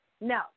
No